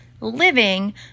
living